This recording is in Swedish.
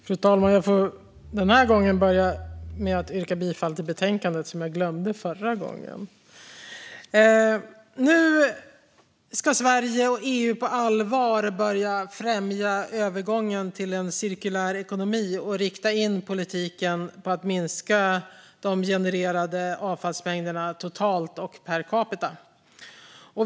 Fru talman! Den här gången får jag börja med att yrka bifall till utskottets förslag, vilket jag glömde förra gången. Nu ska Sverige och EU på allvar börja främja övergången till en cirkulär ekonomi och rikta in politiken på att minska genererade avfallsmängder totalt och per capita.